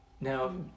Now